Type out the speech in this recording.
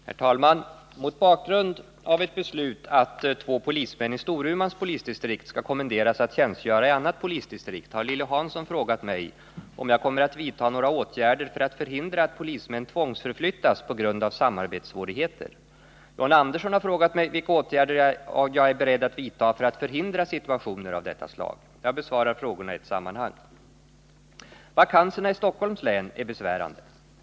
Herr talman! Mot bakgrund av ett beslut att två polismän i Storumans polisdistrikt skall kommenderas att tjänstgöra i annat polisdistrikt har Lilly Hansson frågat mig om jag kommer att vidta några åtgärder för att förhindra att polismän tvångsförflyttas på grund av samarbetssvårigheter. John Andersson har frågat mig vilka åtgärder jag är beredd att vidta för att förhindra situationer av detta slag. Jag besvarar frågorna i ett sammanhang. Vakanserna i Stockholms län är besvärande.